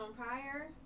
prior